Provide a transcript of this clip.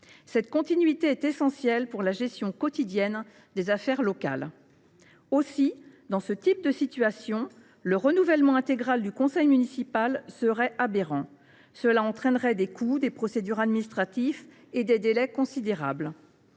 Cette continuité est essentielle pour la gestion quotidienne des affaires locales. Dans ce type de situation, le renouvellement intégral du conseil municipal serait aberrant. Cela entraînerait des coûts, des procédures administratives et des délais considérables.